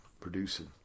producing